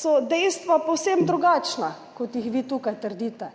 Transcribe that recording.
so dejstva povsem drugačna, kot jih vi tukaj trdite.